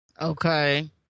Okay